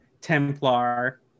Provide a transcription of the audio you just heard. templar